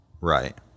Right